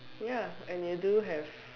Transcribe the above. ya and you do have